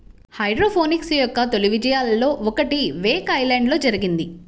hydroponics యొక్క తొలి విజయాలలో ఒకటి వేక్ ఐలాండ్లో జరిగింది